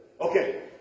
Okay